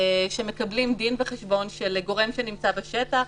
שמקבל דין וחשבון של גורם שנמצא בשטח,